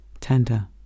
tender